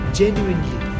genuinely